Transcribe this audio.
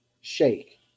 shake